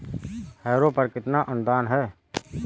Harrow पर कितना अनुदान है?